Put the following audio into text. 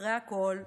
אחרי הכול,